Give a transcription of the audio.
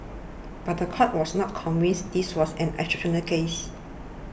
but the court was not convinced this was an exceptional case